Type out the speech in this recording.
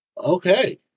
Okay